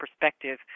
perspective